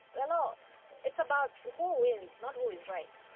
the law it's about who wins, not who is right.